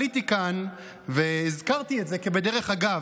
עליתי כאן והזכרתי את זה כבדרך אגב,